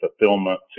fulfillment